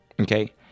Okay